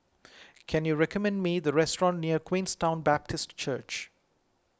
can you recommend me the restaurant near Queenstown Baptist Church